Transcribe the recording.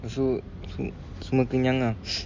so so semua kenyang lah